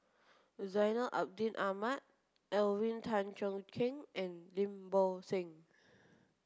Zainal Abidin Ahmad Alvin Tan Cheong Kheng and Lim Bo Seng